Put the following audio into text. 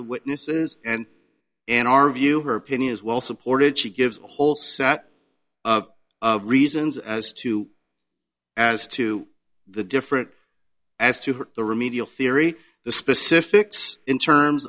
of witnesses and in our view her opinion is well supported she gives a whole set of reasons as to as to the different as to her the remedial theory the specifics in terms